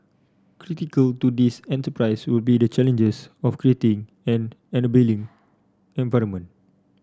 critical to this enterprise will be the challenges of creating an enabling environment